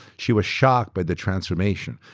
she was shocked by the transformation.